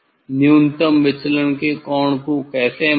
न्यूनतम विचलन के कोण को कैसे मापें